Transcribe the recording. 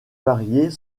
varier